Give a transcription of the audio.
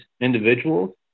individuals